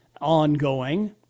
ongoing